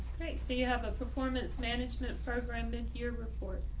so you have a performance management program and here report.